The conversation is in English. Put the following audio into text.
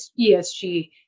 ESG